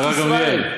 השרה גמליאל.